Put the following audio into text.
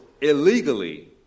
illegally